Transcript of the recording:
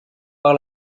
par